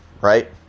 right